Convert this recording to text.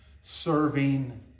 serving